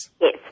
Yes